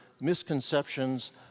misconceptions